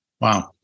wow